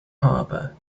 harbor